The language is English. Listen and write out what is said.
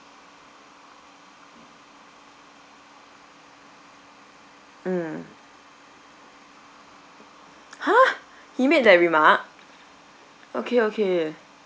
mm !huh! he made that remark okay okay